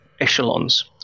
echelons